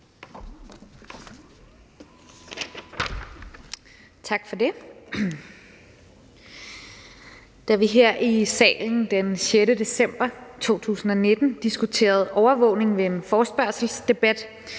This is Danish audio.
Tak for det. Da vi her i salen den 6. december 2019 diskuterede overvågning ved en forespørgselsdebat,